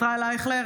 ישראל אייכלר,